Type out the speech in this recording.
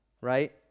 right